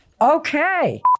Okay